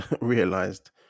realised